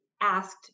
asked